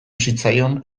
zitzaion